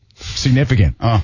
Significant